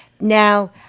Now